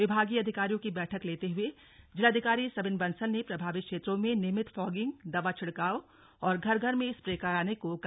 विभागीय अधिकारियों की बैठक लेते हुए जिलाधिकारी सविन बंसल ने प्रभावित क्षेत्रों में नियमित फॉगिंग दवा छिड़काव और घर घर में स्प्रे कराने को कहा